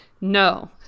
no